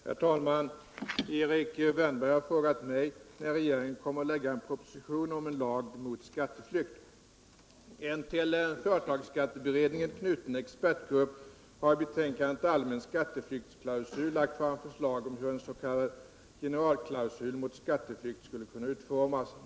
Herr talman! Erik Wärnberg har frågat mig när regeringen kommer att lägga en proposition om en lag mot skatteflykt. En till företagsskatteberedningen knuten expertgrupp har i betänkandet Allmän skatteflyktsklausul lagt fram förslag om hur en s.k. generalklausul mot skatteflykt skulle kunna utformas.